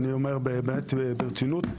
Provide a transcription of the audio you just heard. ואני אומר באמת וברצינות.